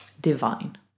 divine